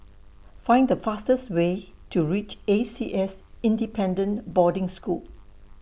Find The fastest Way to REACH A C S Independent Boarding School